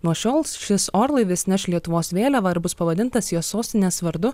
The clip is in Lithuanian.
nuo šiol šis orlaivis neš lietuvos vėliavą ir bus pavadintas jos sostinės vardu